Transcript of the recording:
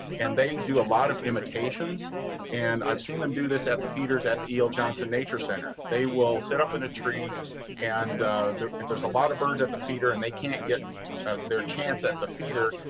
and they do a lot of imitations and i've seen them do this at the feeders at the e l. johnson nature center. they will set up in a tree and if there's a lot of birds at the feeder and they can't get their chance at the feeder,